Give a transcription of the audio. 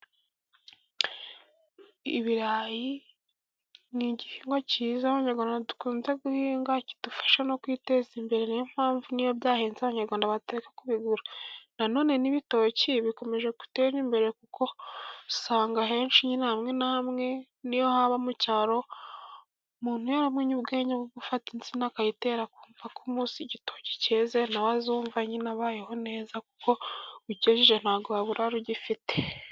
Ibirayi ni igihingwa cyiza abanyarwanda dukunze guhinga, kidufasha no kwiteza imbere. Niyo mpamvu niyo byahenze abanyarwanda batareka kubigura. Na none n'ibitoki bikomeje gutera imbere, kuko usanga henshi nyine hamwe na hamwe niyo haba mu cyaro, umuntu yaramenye ubwenge bwo gufata insina akayitera, akumva ko umunsi igitoki cyeze nawe we azumva nyine abaho neza, kuko ukejeje ntabwo waburara ugifite.